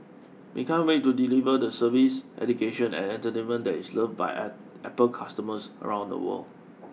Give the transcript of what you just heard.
we can't wait to deliver the service education and entertainment that is loved by Apple customers around the world